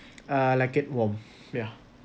uh like it warm yeah